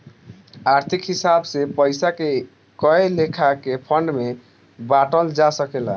आर्थिक हिसाब से पइसा के कए लेखा के फंड में बांटल जा सकेला